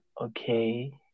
okay